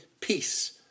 peace